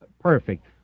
perfect